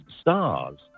stars